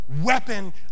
weapon